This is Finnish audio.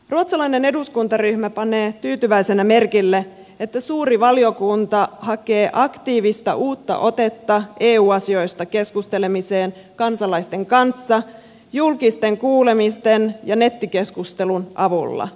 ruotsalainen eduskuntaryhmä panee tyytyväisenä merkille että suuri valiokunta hakee aktiivista uutta otetta eu asioista keskustelemiseen kansalaisten kanssa julkisten kuulemisten ja nettikeskustelun avulla